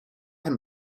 him